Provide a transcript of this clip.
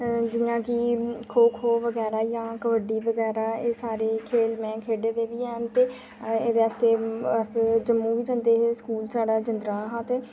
जि'यां कि खोऽ खोऽ बगैरा जां कबड्डी बगैरा एह् सारे खेढां में खेढी दी बी ऐन ते एह्दे आस्तै असें जम्मू बी जंदे हे स्कूल साढ़ा जंदा हा ते